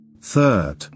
Third